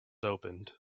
opened